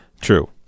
True